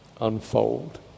unfold